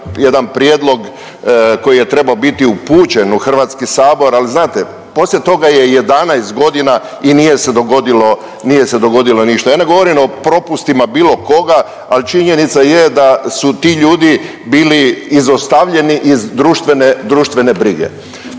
jedan prijedlog koji je trebao biti upućen u Hrvatski sabor, ali znate poslije toga je 11 godina i nije se dogodilo, nije se dogodilo ništa. Ja ne govorim o propustima bilo koga, ali činjenica je da su ti ljudi bili izostavljeni iz društvene,